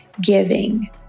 giving